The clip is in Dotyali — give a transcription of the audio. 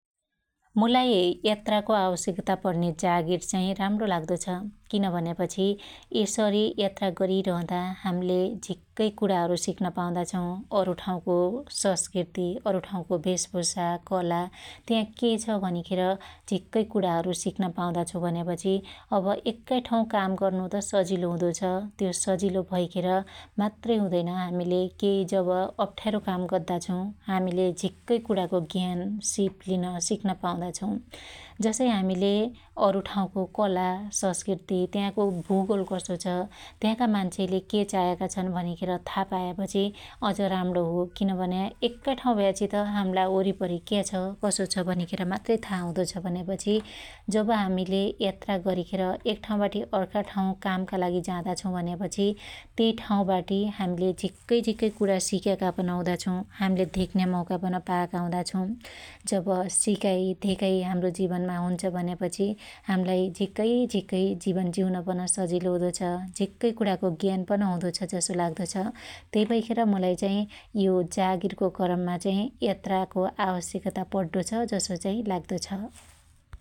मुलाई यात्राको आवश्यकता पण्न्या जागिर चाहि राणो लाग्दो छ । किन भन्यापछी यसरी यात्रा गरीरहदा हाम्ले झिक्कै कुणाअरु सिक्न पाउदा छौ । अरु ठाँउको सस्कृति, अरु ठाँउको भेषभुषा, कला, त्या के छ भनिखेर झिक्कै कुणाहरु सिक्न पाउदा छु भन्यापछि अब एक्कै ठाँउ काम गर्नु त सजिलो हुदो छ । त्यो सजिलो भैखेर मात्रै हुदैन हामीले कई जब अप्ठ्यारो काम गर्दा छु हामिले झिक्कै कुणाको ज्ञान, सिप लिन सिक्न पाउदा छौ । जसै हामिले अरु ठाँउको कला सस्कृति त्यहाको भुगोल कसो छ त्याहाँका मान्छेले के चायाका छन भनिखेर था पायापछि अज राणो हो । किन भन्या एक्काई ठाँउ भ्याछि त हाम्ला वरिपरि क्या छ कसो छ भनिखेर मात्रै था हुदो छ भन्यापछी जब हामीले यात्रा गरीखेर एक ठाँउबाटि अर्का ठाँउ कामका लागि जादा छौ भन्यापछी त्यइ ठाँउबाटी हामीले झिक्कै झिक्कै कुणा सिक्याका पन हुदा छौ । हाम्ले धेक्न्या मौका पन पायाका हुदा छौ । जब सिकाई धेकाइ हाम्रो जिवनमा हुन्छ भन्यापछि हाम्लाई झिक्कै झिक्कै जिवन जिउन पन सजिलो हुदो छ । झिक्कै कुणाको ज्ञान पन हुदो छ जसो लाग्दो छ । त्यै भैखेर मलाई चाइ यो जागीरको क्रममा चाइ यात्राको आवश्यकता पड्डो छ जसो चाइ लाग्दो छ ।